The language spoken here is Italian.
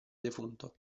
defunto